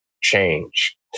change